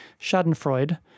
schadenfreude